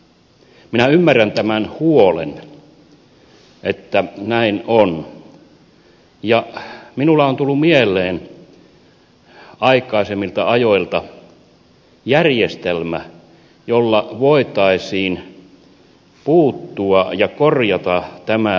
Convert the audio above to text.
minä ymmärrän tämän huolen siitä että näin on ja minulla on tullut mieleen aikaisemmilta ajoilta järjestelmä jolla voitaisiin puuttua tähän ja korjata tämä vinouma